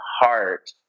heart